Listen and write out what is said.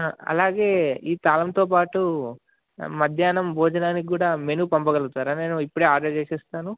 అలాగే ఈ తాలంతో పాటు మధ్యాహ్నం భోజనానికి కూడా మెనూ పంపగలుగుతారా నేను ఇప్పుడే ఆర్డర్ చేసేస్తాను